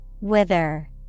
Wither